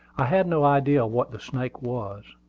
i had no idea what the snake was,